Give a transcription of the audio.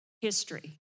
history